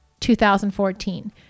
2014